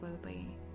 slowly